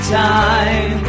time